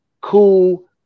Cool